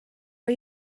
are